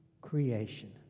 creation